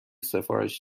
سفارش